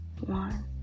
One